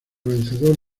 vencedor